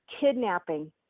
kidnapping